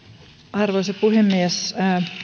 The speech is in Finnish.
arvoisa puhemies